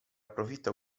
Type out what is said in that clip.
profitto